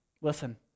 listen